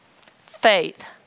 Faith